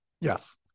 yes